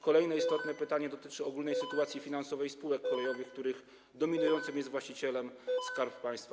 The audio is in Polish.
Kolejne istotne pytanie dotyczy ogólnej sytuacji finansowej spółek kolejowych, których dominującym właścicielem jest Skarb Państwa.